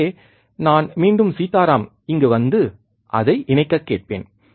எனவே நான் மீண்டும் சீதாராம் இங்கு வந்து அதை இணைக்கக் கேட்பேன்